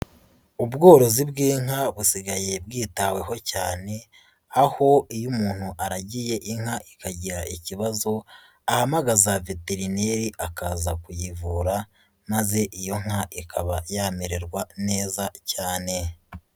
Ubworozi bw'inka busigaye bwitaweho cyane, aho iyo umuntu aragiye inka ikagira ikibazo ahamagaza veterineri akaza kuyivura maze iyo nka ikaba yamererwa neza cyane.